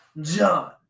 John